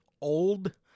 old